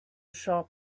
shop